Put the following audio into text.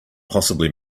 possibly